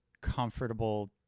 comfortable